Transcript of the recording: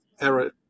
error